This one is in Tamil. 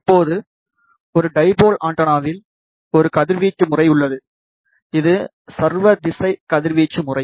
இப்போது ஒரு டைபோல் ஆண்டெனாவில் ஒரு கதிர்வீச்சு முறை உள்ளது இது சர்வ திசை கதிர்வீச்சு முறை